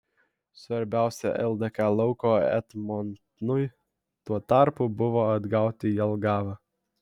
svarbiausia ldk lauko etmonui tuo tarpu buvo atgauti jelgavą